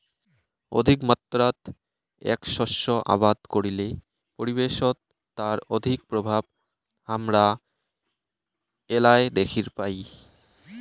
অধিকমাত্রাত এ্যাক শস্য আবাদ করিলে পরিবেশত তার অধিক প্রভাব হামরা এ্যালায় দ্যাখির পাই